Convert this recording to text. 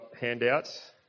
handouts